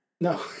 No